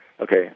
Okay